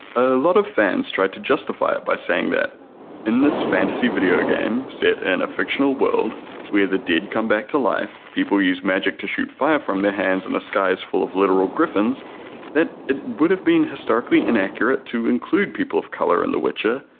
a lot of fans tried to justify it by saying that in this fantasy video game set in and a fictional world where the dead come back to life, people use magic to shoot fire from their hands and the skies are full of literal griffins that it would have been historically inaccurate to include people of color in the witcher,